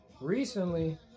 recently